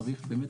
צריך באמת,